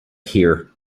here